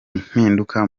impinduka